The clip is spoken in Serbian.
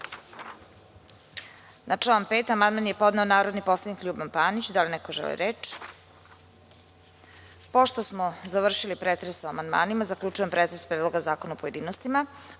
član 5. amandman je podneo narodni poslanik Ljuban Panić. Da li neko želi reč? (Ne)Pošto smo završili pretres o amandmanima, zaključujem pretres Predloga zakona u pojedinostima. Pošto